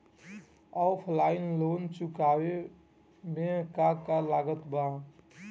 Offline loan चुकावे म का का लागत बा?